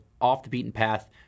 off-the-beaten-path